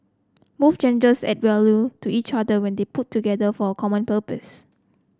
both genders add value to each other when they put together for a common purpose